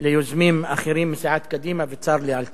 ליוזמים אחרים מסיעת קדימה, וצר לי על כך.